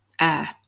air